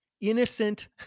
innocent